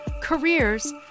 careers